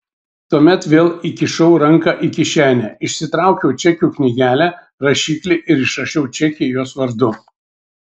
tuomet vėl įkišau ranką į kišenę išsitraukiau čekių knygelę rašiklį ir išrašiau čekį jos vardu